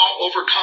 overcome